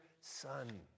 Son